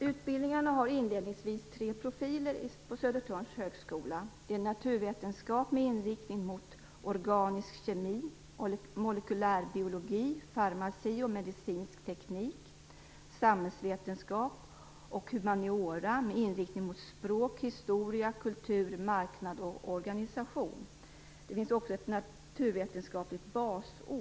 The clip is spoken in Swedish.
Utbildningarna har inledningsvis tre profiler på Södertörns högskola. Det är naturvetenskap med inriktning mot organisk kemi, molekylärbiologi, farmaci och medicinsk teknik, samhällsvetenskap och humaniora med inriktning mot språk, historia, kultur, marknad och organisation. Det finns också ett naturvetenskapligt basår.